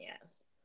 yes